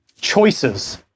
choices